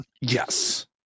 Yes